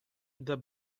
the